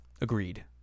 agreed